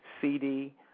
CD